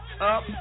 Up